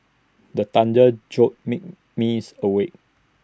the thunder jolt me miss awake